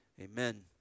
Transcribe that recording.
Amen